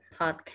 Podcast